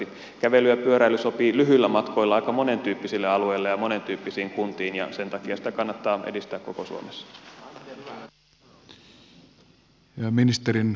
kävely ja pyöräily sopivat lyhyillä matkoilla aika monentyyppisille alueille ja monentyyppisiin kuntiin ja sen takia niitä kannattaa edistää koko suomessa